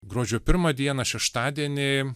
gruodžio pirmą dieną šeštadienį